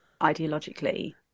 ideologically